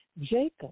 Jacob